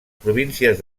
províncies